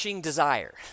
desire